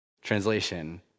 Translation